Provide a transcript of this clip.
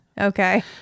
okay